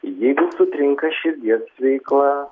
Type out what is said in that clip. jeigu sutrinka širdies veikla